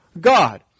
God